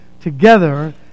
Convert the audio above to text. together